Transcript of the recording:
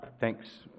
Thanks